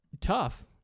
tough